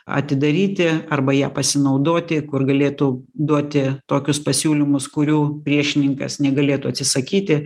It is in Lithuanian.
atidaryti arba ja pasinaudoti kur galėtų duoti tokius pasiūlymus kurių priešininkas negalėtų atsisakyti